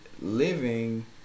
living